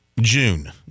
June